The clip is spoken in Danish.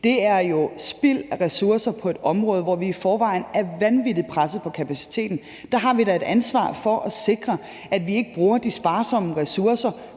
Det er jo spild af ressourcer på et område, hvor vi i forvejen er vanvittig presset på kapaciteten. Der har vi da et ansvar for at sikre, at vi ikke bruger de sparsomme ressourcer